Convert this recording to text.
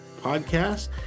podcast